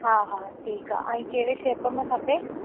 हा हा ठीकु आहे ऐं कहिड़े शेप में खपे